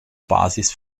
basis